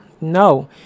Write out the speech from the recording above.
No